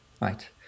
Right